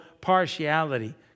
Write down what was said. partiality